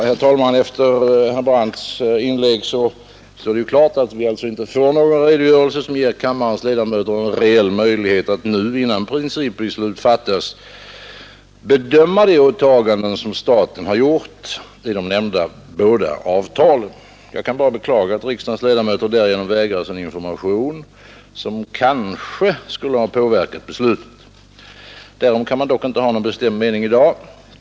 Herr talman! Efter herr Brandts inlägg står det klart, att vi alltså inte får någon redogörelse, som ger kammarens ledamöter en reell möjlighet att nu, innan principbeslutet fattats, bedöma de åtaganden som staten har gjort i de båda nämnda avtalen. Jag kan bara beklaga att riksdagens ledamöter därigenom förvägras en information, som kanske skulle ha påverkat beslutet. Därom kkan man dock inte ha någon bestämd mening i dag.